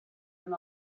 him